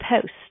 Post